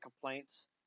complaints